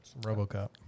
Robocop